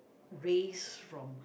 raise from